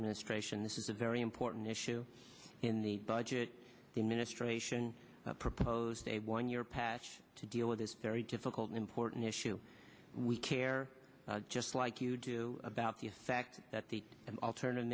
administration this is a very important issue in the budget the ministration proposed a one year pass to deal with this very difficult important issue we care just like you do about the fact that the alternative